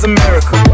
America